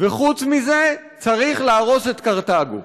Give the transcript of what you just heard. ומלבד זה, צריך להרוס את קרתגו.